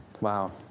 Wow